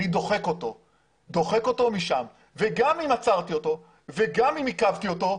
אני דוחק אותו משם וגם אם עצרתי אותו וגם אם עכבתי אותו,